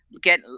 get